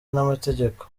n’amategeko